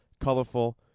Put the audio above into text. colorful